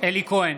אלי כהן,